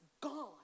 gone